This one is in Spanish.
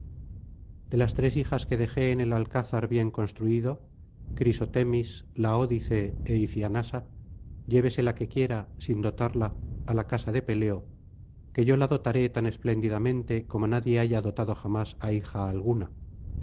de las tres hijas que dejé en el alcázar bien construido crisotemis laódice é ifíanasa llévese la que quiera sin dotarla á la casa de peleo que yo la dotaré tan espléndidamenr te como nadie haya dotado jamás á hija alguna